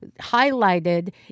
highlighted